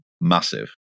massive